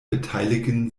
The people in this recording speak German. beteiligen